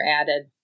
added